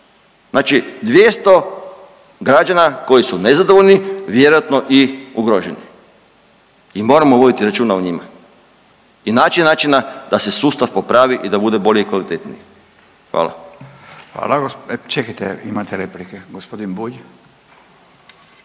Znači 200 građana koji su nezadovoljni vjerojatno i ugroženi. I moramo voditi računa o njima i naći načina da se sustav popravi i da bude bolji i kvalitetniji. Hvala. **Radin, Furio (Nezavisni)** Hvala. Čekajte imate replike! Gospodin Bulj.